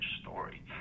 story